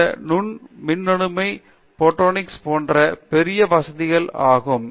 இந்த நுண் மின்னணு மற்றும் போடோனிக்ஸ் போன்றவை பெரிய வசதிகள் ஆகும்